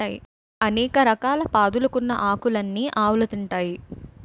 అనేక రకాల పాదులుకున్న ఆకులన్నీ ఆవులు తింటాయి